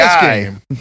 game